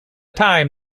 time